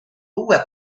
uue